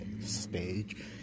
stage